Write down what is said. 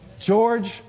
George